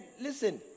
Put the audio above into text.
listen